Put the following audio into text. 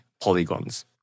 polygons